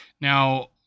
Now